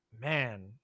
Man